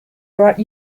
brought